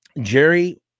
Jerry